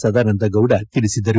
ಸದಾನಂದಗೌದ ತಿಳಿಸಿದರು